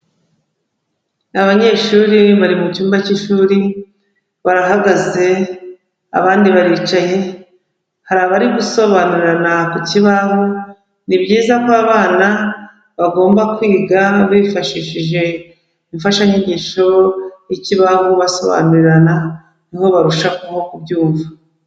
Abanyeshuri bari mu cyumba cy'ishuri, barahagaze abandi baricaye, hari abari gusobanurirana ku kibaho, ni byiza ko abana bagomba kwiga bifashishije imfashanyigisho, ikibaho basobanurirana niho barushaho kubyumva.